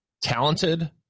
talented